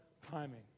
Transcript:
timing